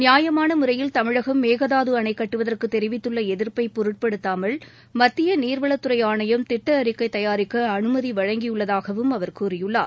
நியாயமான முறையில் தமிழகம் மேகதாது அணை கட்டுவதற்கு தெரிவித்துள்ள எதிர்ப்பை பொருட்படுத்தாமல் மத்திய நீர்வளத்துறை ஆணையம் திட்ட அறிக்கை தயாரிக்க அனுமதி வழங்கியுள்ளதாகவும் அவர் கூறியுள்ளார்